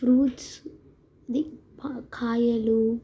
fruits ది ప కాయలు